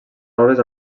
roures